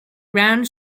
round